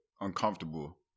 uncomfortable